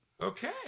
Okay